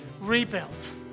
rebuilt